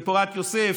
בפורת יוסף,